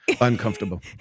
Uncomfortable